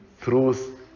truth